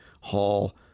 hall